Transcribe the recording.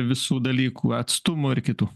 visų dalykų atstumų ir kitų